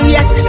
Yes